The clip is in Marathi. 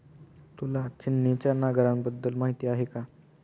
तुला छिन्नीच्या नांगराबद्दल माहिती आहे का?